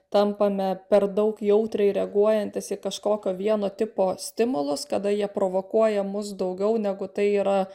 tampame per daug jautriai reaguojantys į kažkokio vieno tipo stimulus kada jie provokuoja mus daugiau negu tai yra